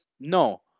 no